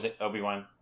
Obi-Wan